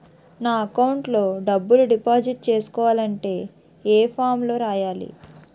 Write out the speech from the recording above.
నా అకౌంట్ లో డబ్బులు డిపాజిట్ చేసుకోవాలంటే ఏ ఫామ్ లో రాయాలి?